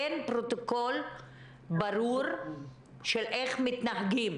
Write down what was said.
אין פרוטוקול ברור איך מתנהגים.